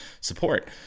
support